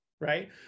right